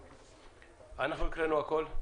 אנחנו הקראנו הכול.